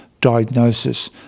diagnosis